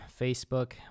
Facebook